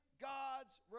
God's